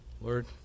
Lord